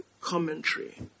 commentary